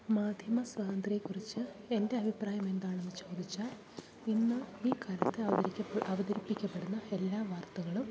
മാധ്യമ സ്വാതന്ത്രെ കുറിച്ച് എൻ്റെ അഭിപ്രായം എന്താണെന്ന് ചോദിച്ചാൽ ഇന്ന് ഈ കാലത്ത് അവതരിക്ക അവതരിപ്പിക്കപ്പെടുന്ന എല്ലാ വാർത്തകളും